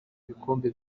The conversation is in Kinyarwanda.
bikombe